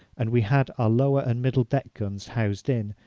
and we had our lower and middle deck guns housed in,